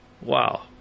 Wow